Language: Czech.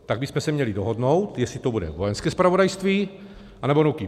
Tak bychom se měli dohodnout, jestli to bude Vojenské zpravodajství, anebo NÚKIB.